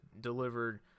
delivered